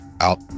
out